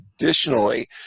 Additionally